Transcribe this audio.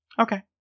Okay